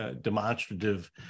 demonstrative